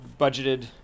budgeted